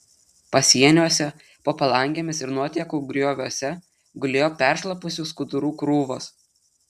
pasieniuose po palangėmis ir nuotekų grioviuose gulėjo peršlapusių skudurų krūvos